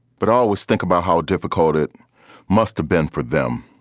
but always think about how difficult it must have been for them,